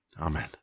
Amen